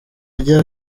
ajya